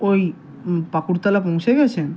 ওই পাকুড় তলা পৌঁছে গেছেন